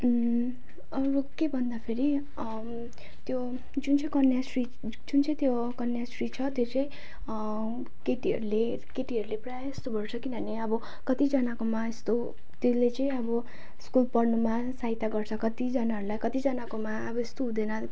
अब के भन्दाखेरि त्यो जुन चाहिँ कन्याश्री जुन चाहिँ त्यो कन्याश्री छ त्यो चाहिँ केटीहरूले केटीहरूले प्रायःजस्तो गर्छ किनभने अब कतिजनाकोमा यस्तो त्यसले चाहिँ अब स्कुल पढ्नुमा सहायता गर्छ कतिजनाहरूलाई कतिजनाकोमा अब यस्तो हुँदैन